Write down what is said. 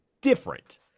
different